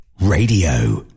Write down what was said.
Radio